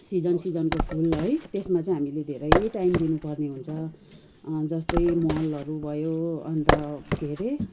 season सिजनको full है त्यसमा चाहिँ हामीले धेरै टाइम दिनुपर्ने हुन्छ जस्तै मलहरू भयो अन्त के अरे